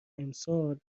امسال